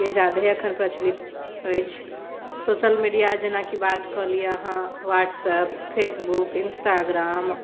के ज्यादहे एखन प्रचलित अछि सोशल मीडिया जेनाकि बात कऽ लिअ अहाँ ह्वाटसएप फेसबुक इंस्टाग्राम